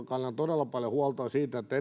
kannan todella paljon huolta siitä että